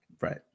Right